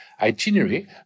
itinerary